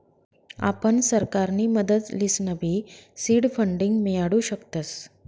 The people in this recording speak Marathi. आपण सरकारनी मदत लिसनबी सीड फंडींग मियाडू शकतस